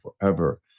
forever